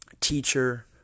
teacher